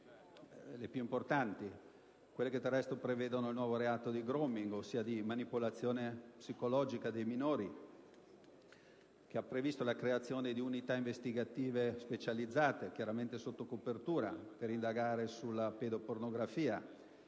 le proposte che prevedono il nuovo reato di *grooming*, ossia di manipolazione psicologica dei minori; che hanno previsto la creazione di unità investigative specializzate, chiaramente sotto copertura, per indagare sulla pedopornografia;